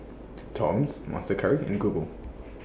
Toms Monster Curry and Google